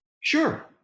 sure